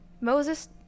Moses